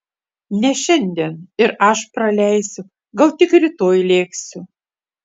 ne šiandien ir aš praleisiu gal tik rytoj lėksiu